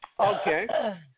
Okay